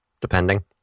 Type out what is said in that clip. Depending